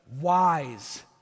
wise